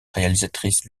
réalisatrice